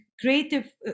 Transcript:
creative